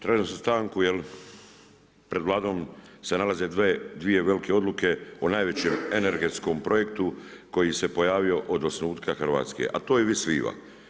Tražio sam stanku jer pred Vladom se nalaze dvije velike odluke o najvećem energetskom projektu koji se pojavio od osnutka Hrvatske a to je Vis Viva.